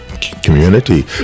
community